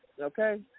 Okay